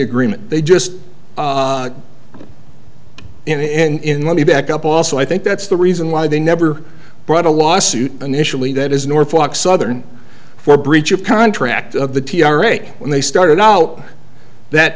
agreement they just in let me back up also i think that's the reason why they never brought a lawsuit initially that is norfolk southern for breach of contract of the t r a when they started know that